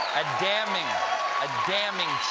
a damning a damning